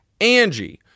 Angie